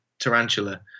tarantula